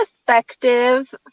effective